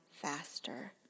faster